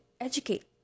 educate